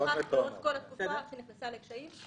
הלוואה אחת לאורך כל התקופה שנכנסה לקשיים.